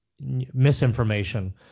misinformation